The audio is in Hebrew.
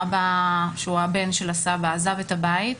האבא שהוא הבן של הסבא עזב את הבית,